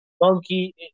monkey